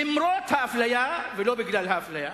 למרות האפליה ולא בגלל האפליה.